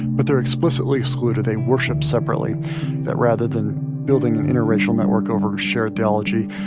but they're explicitly excluded. they worship separately that rather than building an interracial network over shared theology,